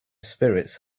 spirits